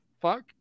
fuck